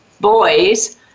boys